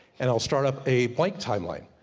and i'll start up a blank timeline.